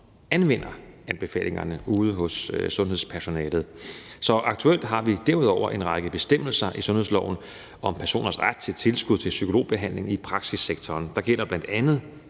anvender anbefalingerne ude hos sundhedspersonalet. Kl. 10:06 Derudover har vi aktuelt en række bestemmelser i sundhedsloven om personers ret til tilskud til psykologbehandling i praksissektoren. Der gælder bl.a. en ret